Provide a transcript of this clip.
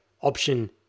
option